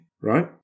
right